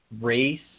race